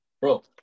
Bro